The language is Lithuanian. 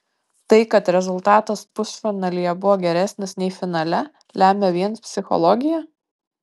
tai kad rezultatas pusfinalyje buvo geresnis nei finale lemia vien psichologija